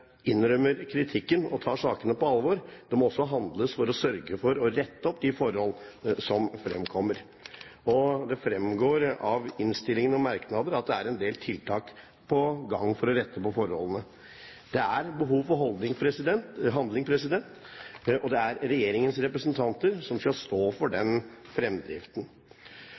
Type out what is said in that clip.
innrømmer kritikken og tar sakene på alvor. Det må også handles, for å sørge for å rette opp de forhold som fremkommer, og det fremgår av innstillingen og merknader at det er en del tiltak på gang for å rette på forholdene. Det er behov for handling, og det er regjeringens representanter som skal stå for den fremdriften.